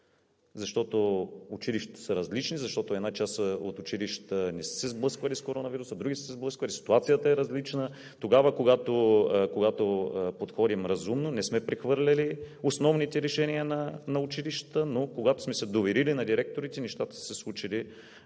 защото училищата са различни, защото една част от училищата не са се сблъсквали с коронавируса, други са се сблъсквали, ситуацията е различна. Тогава, когато подходим разумно, не сме прехвърлили основните решения на училищата, но когато сме се доверили на директорите и на педагогическите